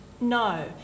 No